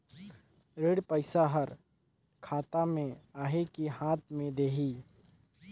ऋण पइसा हर खाता मे आही की हाथ मे देही?